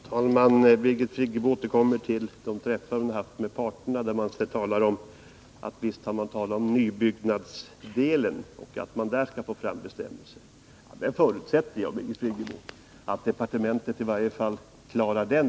Herr talman! Birgit Friggebo återkommer till de sammanträffanden som man haft med parterna, varvid det framhållits att man visst kan ta upp frågan om att få till stånd bestämmelser beträffande nybyggnationen. Jag förutsätter, Birgit Friggebo, att departementet klarar åtminstone den delen.